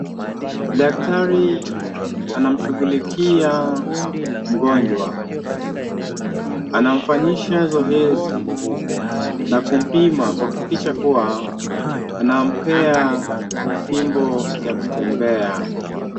Daktari anamshughulikia mgonjwa. Anamfanyisha zoezi na kumpima kuhakikisha kuwa anampea fimbo ya kutembea.